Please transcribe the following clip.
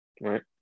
right